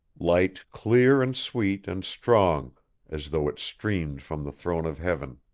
light clear and sweet and strong as though it streamed from the throne of heaven.